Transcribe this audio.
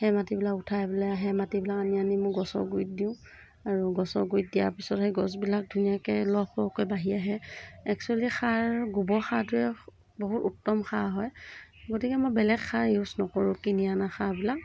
সেই মাটিবিলাক উঠাই পেলাই সেই মাটিবিলাক আনি আনি মই গছৰ গুৰিত দিওঁ আৰু গছৰ গুৰিত দিয়াৰ পিছতে গছবিলাক ধুনীয়াকৈ লহপহকৈ বাঢ়ি আহে একচুৱেলী সাৰ গোবৰ সাৰটোৱে বহুত উত্তম সাৰ হয় গতিকে মই বেলেগ সাৰ ইউজ নকৰোঁ কিনি অনা সাৰবিলাক